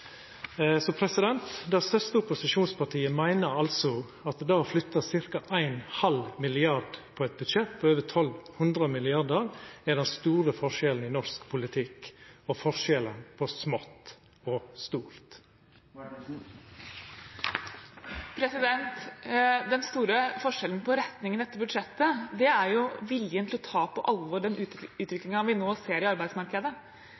Det største opposisjonspartiet meiner altså at det å flytta ca. 0,5 mrd. kr på eit budsjett på over 1 200 mrd. kr er den store skilnaden i norsk politikk, og skilnaden på smått og stort. Den store forskjellen på retning i dette budsjettet er jo viljen til å ta på alvor den utviklingen vi nå ser i arbeidsmarkedet.